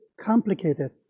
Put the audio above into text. complicated